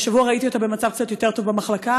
השבוע ראיתי אותה במצב קצת יותר טוב במחלקה,